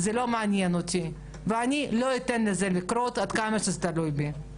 זה לא מעניין אותי ואני לא אתן לזה לקרות עד כמה שזה תלוי בי.